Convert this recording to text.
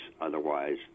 Otherwise